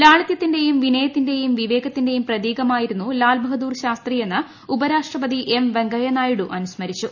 ലാളിതൃത്തിന്റെയും വിനയത്തിന്റെയും വിവേകത്തിന്റെയും പ്രതീകമായിരുന്നു ലാൽ ബഹദൂർ ശാസ്ത്രി എന്ന് ഉപരാഷ്ട്രപതി എം വെങ്കയ്യ നായിഡു അനുസ്മരിച്ചു